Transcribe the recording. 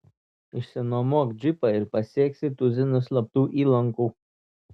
išsinuomok džipą ir pasieksi tuzinus slaptų įlankų